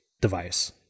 device